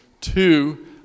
Two